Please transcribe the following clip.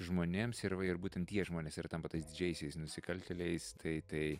žmonėms ir va ir būtent tie žmonės ir tampa tais didžiaisiais nusikaltėliais tai tai